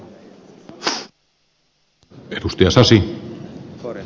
arvoisa puhemies